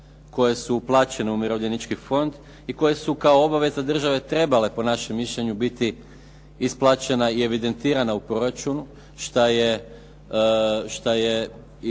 koje su uplaćene u Umirovljenički fond i koje su kao obaveza države trebale po našem mišljenju biti isplaćena i evidentirana u proračunu šta je i